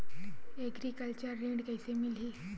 Agriculture ऋण कइसे मिलही?